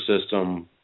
system